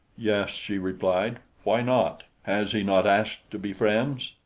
yes, she replied. why not? has he not asked to be friends?